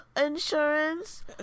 insurance